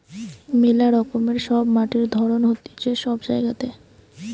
মেলা রকমের সব মাটির ধরণ হতিছে সব জায়গাতে